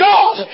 God